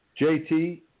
JT